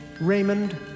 Raymond